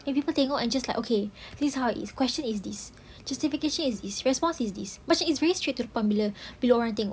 and people tengok macam like okay this is how it is question is this justification is this response is this macam it's very straight to the point bila orang tengok